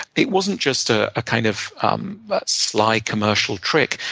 it wasn't just ah a kind of um but sly commercial trick.